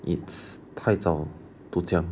its 太早 to 讲